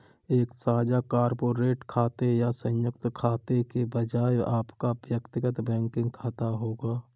एक साझा कॉर्पोरेट खाते या संयुक्त खाते के बजाय आपका व्यक्तिगत बैंकिंग खाता होगा